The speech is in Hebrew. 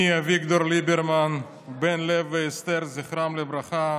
אני, אביגדור ליברמן, בן לב ואסתר, זכרם לברכה,